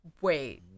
wait